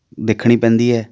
ਦੇਖਣੀ ਪੈਂਦੀ ਹੈ